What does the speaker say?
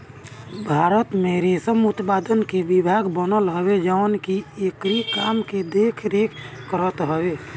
भारत में रेशम उत्पादन के विभाग बनल हवे जवन की एकरी काम के देख रेख करत हवे